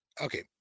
Okay